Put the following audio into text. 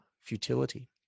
futility